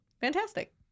fantastic